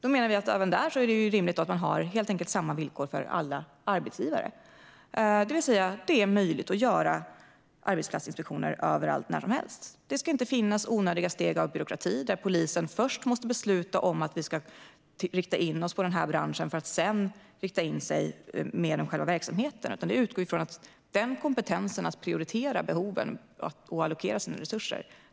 Vi menar att även där är det rimligt att man har samma villkor för alla arbetsgivare, det vill säga det är möjligt att göra arbetsplatsinspektioner överallt och när som helst. Det ska inte finnas onödiga steg av byråkrati där polisen först måste besluta om att rikta in sig på den specifika branschen för att sedan rikta in sig mer inom själva verksamheten, utan vi utgår från att polisen själv har kompetensen att prioritera behoven och allokera sina resurser.